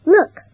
Look